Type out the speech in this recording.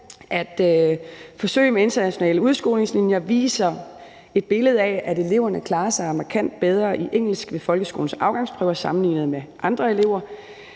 forsøg med internationale udskolingslinjer viser et billede af, at eleverne klarer sig markant bedre i engelsk ved folkeskolens afgangsprøver sammenlignet med andre elever.